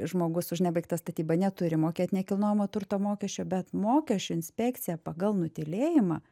žmogus už nebaigtą statybą neturi mokėt nekilnojamo turto mokesčio bet mokesčių inspekcija pagal nutylėjimą